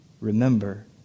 Remember